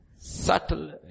subtle